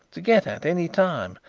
to get at any time,